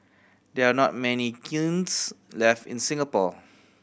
there are not many kilns left in Singapore